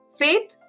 faith